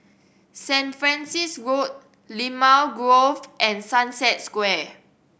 Saint Francis Road Limau Grove and Sunset Square